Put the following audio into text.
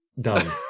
done